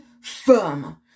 firm